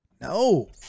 No